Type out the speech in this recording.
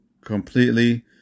completely